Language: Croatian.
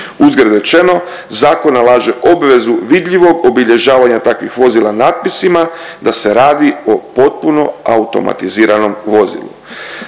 Uzgred rečeno, zakon nalaže obvezu vidljivog obilježavanja takvog vozila natpisima da se radi o potpuno automatiziranom vozilu.